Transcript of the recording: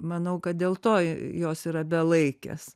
manau kad dėl to jos yra belaikės